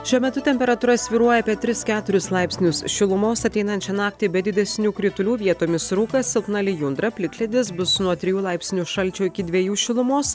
šiuo metu temperatūra svyruoja apie tris keturis laipsnius šilumos ateinančią naktį be didesnių kritulių vietomis rūkas silpna lijundra plikledis bus nuo trijų laipsnių šalčio iki dviejų šilumos